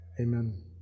Amen